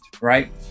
right